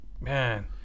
man